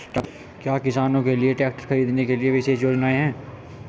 क्या किसानों के लिए ट्रैक्टर खरीदने के लिए विशेष योजनाएं हैं?